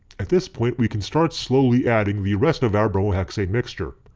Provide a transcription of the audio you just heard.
at this point we can start slowly adding the rest of our bromohexane mixture.